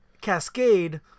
Cascade